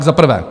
Za prvé.